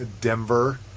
Denver